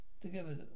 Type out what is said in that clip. together